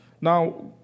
Now